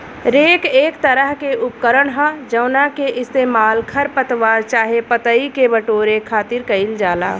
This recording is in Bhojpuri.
रेक एक तरह के उपकरण ह जावना के इस्तेमाल खर पतवार चाहे पतई के बटोरे खातिर कईल जाला